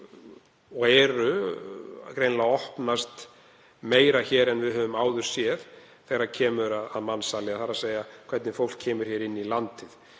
og eru greinilega að opnast meira hér en við höfum áður séð þegar kemur að mansali, þ.e. hvernig fólk kemur inn í landið.